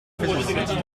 physicist